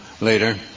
later